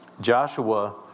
Joshua